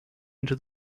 into